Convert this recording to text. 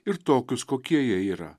ir tokius kokie jie yra